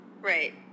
Right